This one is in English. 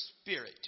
spirit